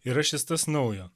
yra šis tas naujo